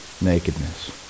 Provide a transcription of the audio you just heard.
nakedness